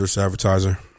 advertiser